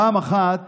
פעם אחת